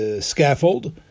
scaffold